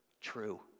true